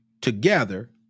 together